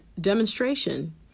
demonstration